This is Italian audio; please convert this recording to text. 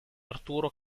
arturo